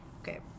okay